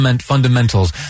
fundamentals